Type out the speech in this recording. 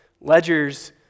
ledgers